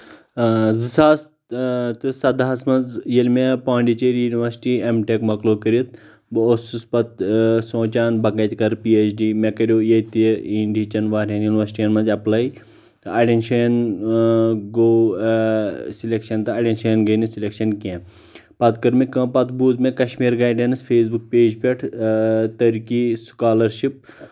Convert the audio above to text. زٕ ساس تہٕ سداہس منٛز ییٚلہِ مےٚ پانڈیچری ینورسٹی ایم ٹیٚک مۄکلوو کٔرِتھ بہٕ اوسُس پتہٕ سونٛچان بہٕ کتہِ کرٕ پی ایچ ڈی مےٚ کریاو ییٚتہِ انڈہیٖچٮ۪ن واریاہن ینورسٹین منٛز ایٚپلٲے تہٕ اڑٮ۪ن جاین گوٚو سِلیٚکشن تہٕ اڑٮ۪ن جاین گے نہٕ سِلیٚکشن کینٛہہ پتہِٕ کٔر مےٚ کٲم پتہٕ بوٗز مےٚ Kashmir guidance Facebook page پٮ۪ٹھ ترکی سُکالرشپ